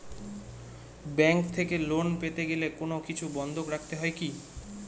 Bank থেকে loan পেতে গেলে কোনো কিছু বন্ধক রাখতে হয় কি?